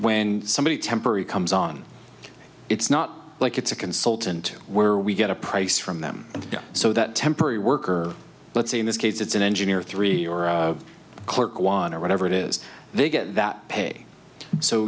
when somebody's temporary comes on it's not like it's a consultant where we get a price from them so that temporary worker let's say in this case it's an engineer or three or clerk won or whatever it is they get that pay so